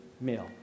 meal